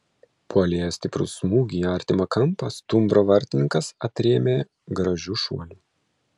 puolėjo stiprų smūgį į artimą kampą stumbro vartininkas atrėmė gražiu šuoliu